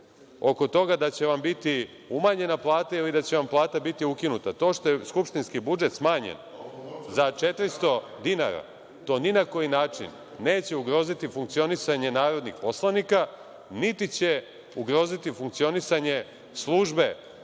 oko toga da će vam biti umanjena plata ili da će vam plata biti ukinuta. To što je skupštinski budžet smanjen za 400 miliona dinara to ni na koji način neće ugroziti funkcionisanje narodnih poslanika, niti će ugroziti funkcionisanje službe